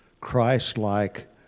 Christ-like